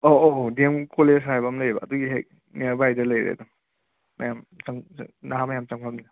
ꯑꯧ ꯑꯧ O D M college ꯍꯥꯏꯕ ꯑꯃ ꯂꯩꯌꯦꯕ ꯑꯗꯨꯒꯤ ꯍꯦꯛ ꯅꯤꯌꯔ ꯕꯥꯏꯗ ꯂꯩꯔꯦ ꯃꯌꯥꯝ ꯆꯪ ꯅꯍꯥ ꯃꯌꯥꯝ ꯆꯪꯐꯝꯅꯦ